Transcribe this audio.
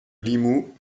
limoux